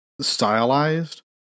stylized